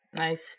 Nice